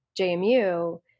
JMU